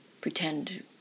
pretend